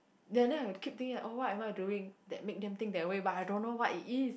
then then I will keep thinking at all what what are you doing that make them think that way but I don't know what is it